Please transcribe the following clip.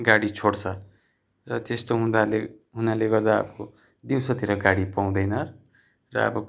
गाडी छोड्छ र त्यस्तो हुँदाले हुनाले गर्दा अब दिउँसोतिर गाडी पाउँदैन र अब